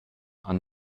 han